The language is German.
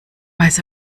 weiß